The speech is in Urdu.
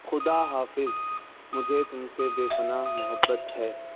خدا حافظ مجھے تم سے بے پناہ محبت ہے